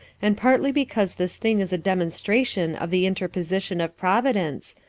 and partly because this thing is a demonstration of the interposition of providence,